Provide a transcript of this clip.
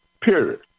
period